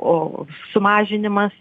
o sumažinimas